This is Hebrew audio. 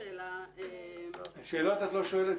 שאלה --- שאלות את לא שואלת,